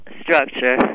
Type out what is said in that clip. structure